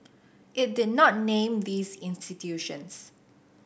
it did not name these institutions